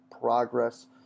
progress